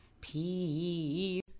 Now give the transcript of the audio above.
peace